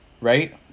right